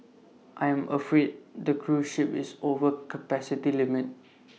I'm afraid the cruise ship is over capacity limit